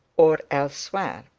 or elsewhere.